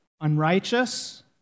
Unrighteous